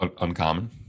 Uncommon